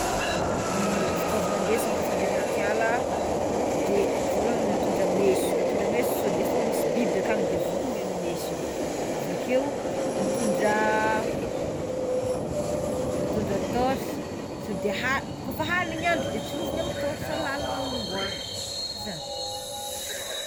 I fitaovagna ndesina kôfa ande anaty ala de voalohany mitondra meso mintondra meso sode fô misy biby akagny de vonoiny amy meso igny, avakeo mitondra mitondra tôrsa sode ha- kôfa haligny ny andro de tsiloviny amy tôrsa lalagna homboagna zany.